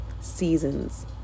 Seasons